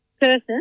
person